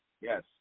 Yes